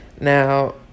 Now